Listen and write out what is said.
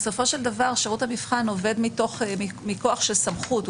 בסופו של דבר שירות המבחן עובד מכוח של סמכות.